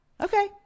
Okay